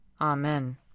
Amen